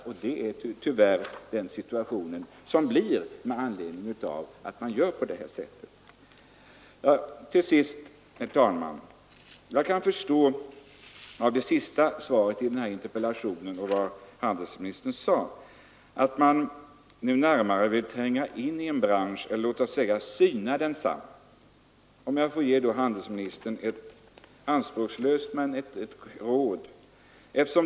Sådan är tyvärr situationen till följd av att man förfarit på det här sättet. Till sist, herr talman, kan jag förstå av handelsministerns senaste svar att man nu vill tränga närmare in i branschen och syna den. Då vill jag ge handelsministern ett anspråkslöst råd.